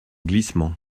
glissement